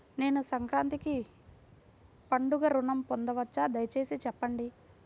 నేను సంక్రాంతికి పండుగ ఋణం పొందవచ్చా? దయచేసి చెప్పండి?